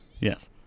yes